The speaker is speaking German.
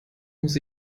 muss